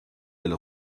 elle